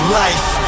life